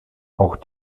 auch